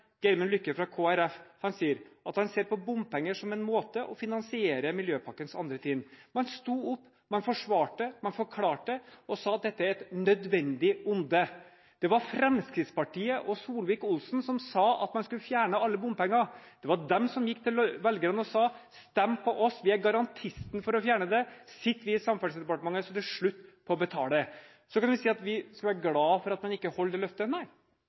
Lykke, fra Kristelig Folkeparti, at han «ser på bompenger som en måte å finansiere miljøpakkens andre trinn.» Man sto opp, man forsvarte, man forklarte og sa at dette er et nødvendig onde. Det var Fremskrittspartiet og Solvik-Olsen som sa at man skulle fjerne alle bompenger. Det var de som gikk til velgerne og sa: Stem på oss, vi er garantisten for å fjerne det. Sitter vi i Samferdselsdepartementet, er det slutt på å betale. Så kan vi si at vi skal være glad for at man ikke holder